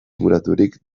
inguraturik